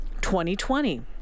2020